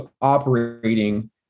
operating